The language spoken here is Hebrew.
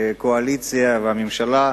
הקואליציה והממשלה.